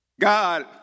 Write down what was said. God